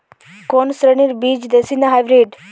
কোন শ্রেণীর বীজ দেশী না হাইব্রিড?